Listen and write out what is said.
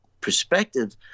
perspective